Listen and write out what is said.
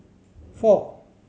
four